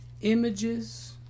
images